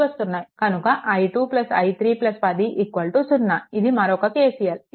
కనుక i2 i3 10 0 ఇది మరొక KCL